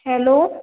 hello